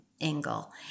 angle